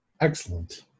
Excellent